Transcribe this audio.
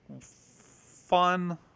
fun